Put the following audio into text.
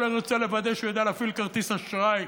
אני רוצה לוודא שהוא יודע להפעיל כרטיס אשראי,